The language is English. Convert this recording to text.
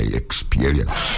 experience